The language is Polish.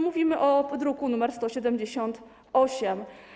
Mówimy o druku nr 178.